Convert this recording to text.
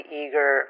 eager